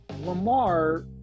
Lamar